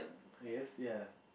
I guess ya